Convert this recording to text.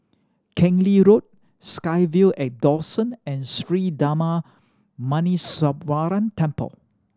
Keng Lee Road SkyVille at Dawson and Sri Darma Muneeswaran Temple